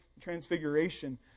Transfiguration